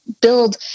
build